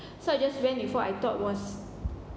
so I just went before I thought was